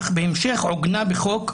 אך בהמשך עוגנה בחוק,